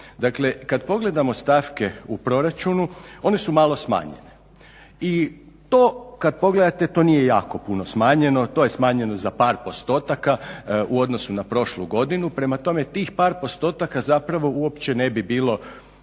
kad pogledamo stavke u Proračunu one su malo smanjene i to kad pogledate to nije jako puno smanjeno, to je smanjeno za par postotaka u odnosu na prošlu godinu. Prema tome tih par postotaka zapravo uopće ne bi bilo